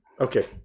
Okay